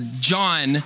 John